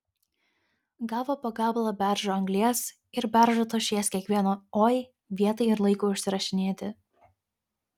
gavo po gabalą beržo anglies ir beržo tošies kiekvieno oi vietai ir laikui užsirašinėti